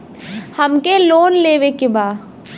हमके लोन लेवे के बा?